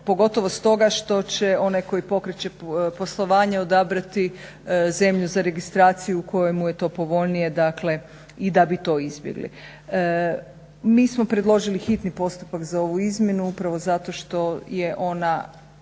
pogotovo stoga što će onaj koji pokreće poslovanje odabrati zemlju za registraciju u kojoj mu je to povoljnije, dakle i da bi to izbjegli. Mi smo predložili hitni postupak za ovu izmjenu upravo zato što je ona